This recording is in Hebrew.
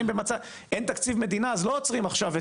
אין תקציב מדינה אז לא עוצרים עכשיו,